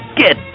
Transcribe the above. get